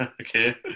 Okay